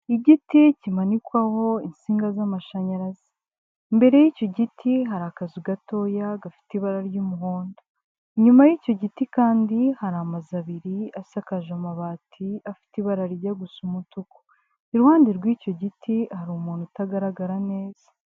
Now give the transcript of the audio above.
Igiti kimanikwaho insinga z'amashanyarazi, mbere y'icyo giti hari akazu gatoya gafite ibara ry'umuhondo inyuma y'icyo giti kandi, hari amazu abiri asakaje amabati afite ibara rijya gusa umutuku iruhande rw'icyo giti hari umuntu utagaragara neza.